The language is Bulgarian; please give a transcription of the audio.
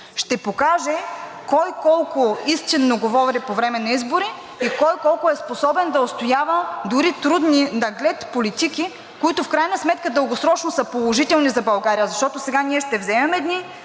ще покаже кой колко истинно говори по време на избори и кой колко е способен да отстоява дори трудни наглед политики, които в крайна сметка дългосрочно са положителни за България, защото сега ние ще вземем едни